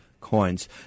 coins